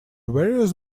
various